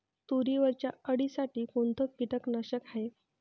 तुरीवरच्या अळीसाठी कोनतं कीटकनाशक हाये?